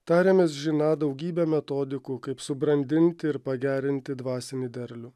tariamės žiną daugybę metodikų kaip subrandinti ir pagerinti dvasinį derlių